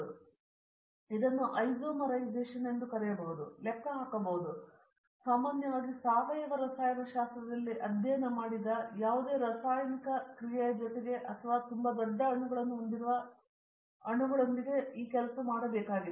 ಆದ್ದರಿಂದ ಇದನ್ನು ಐಸೋಮರೈಸೇಶನ್ ಎಂದು ಕರೆಯಬಹುದು ಇದು ಲೆಕ್ಕ ಹಾಕಬಹುದು ಇದು ನಾವು ಸಾಮಾನ್ಯವಾಗಿ ಸಾವಯವ ರಸಾಯನಶಾಸ್ತ್ರದಲ್ಲಿ ಅಧ್ಯಯನ ಮಾಡಿದ ಯಾವುದೇ ರಾಸಾಯನಿಕ ಕ್ರಿಯೆಯ ಜೊತೆಗೆ ಅಥವಾ ತುಂಬಾ ದೊಡ್ಡ ಅಣುಗಳನ್ನು ಹೊಂದಿರುವ ಈ ಅಣುಗಳೊಂದಿಗೆ ಮಾಡಬೇಕಾಗಿದೆ